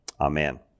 Amen